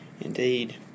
Indeed